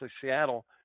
Seattle